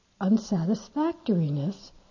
unsatisfactoriness